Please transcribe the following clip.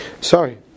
Sorry